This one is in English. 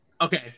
okay